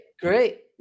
great